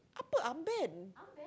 apa armband